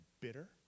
bitter